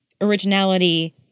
originality